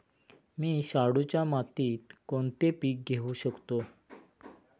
मी शाडूच्या मातीत कोणते पीक घेवू शकतो?